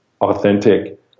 authentic